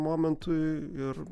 momentui ir